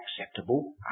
acceptable